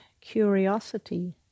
curiosity